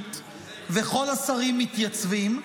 במשרוקית וכל השרים מתייצבים.